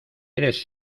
eres